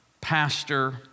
pastor